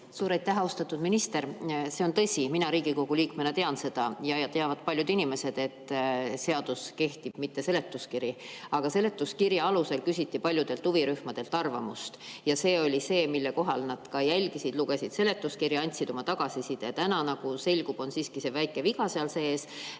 Suur aitäh! Austatud minister! See on tõsi, mina Riigikogu liikmena tean ja paljud inimesed teavad, et kehtib seadus, mitte seletuskiri. Aga seletuskirja alusel küsiti paljudelt huvirühmadelt arvamust. See oli see, mida nad ka jälgisid, lugesid seletuskirja, andsid oma tagasisidet. Nagu selgub, on siiski see väike viga seal sees.